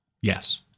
yes